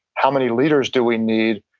how many leaders do we need?